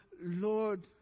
Lord